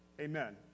Amen